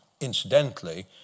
Incidentally